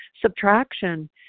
subtraction